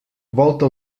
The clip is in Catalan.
volta